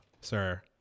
sir